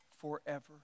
forever